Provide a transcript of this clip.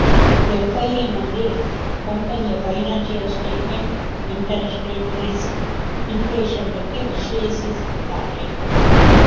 FIA, ನಲ್ಲಿ ಕಂಪನಿಯ financial statement, interest rate risk, inflation, ಬಗ್ಗೆ ವಿಶ್ಲೇಷಿಸುತ್ತಾರೆ